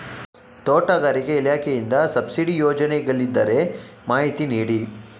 ತೋಟಗಾರಿಕೆ ಇಲಾಖೆಯಿಂದ ಸಬ್ಸಿಡಿ ಯೋಜನೆಗಳಿದ್ದರೆ ಮಾಹಿತಿ ನೀಡಿ?